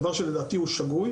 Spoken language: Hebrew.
דבר שלדעתי הוא שגוי